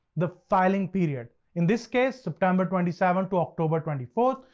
the filing period, in this case, september twenty seventh to october twenty fourth.